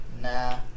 Nah